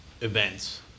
events